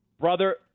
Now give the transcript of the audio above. Brother